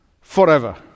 forever